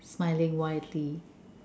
smiling widely